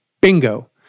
bingo